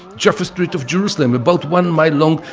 jaffa street of jerusalem, about one mile long,